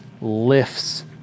lifts